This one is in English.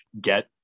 get